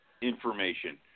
information